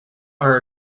are